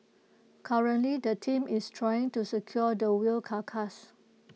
currently the team is trying to secure the whale carcass